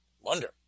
wonder